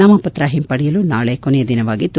ನಾಮಪತ್ರ ಹಿಂಪಡೆಯಲು ನಾಳೆ ಕೊನೆಯ ದಿನವಾಗಿದೆ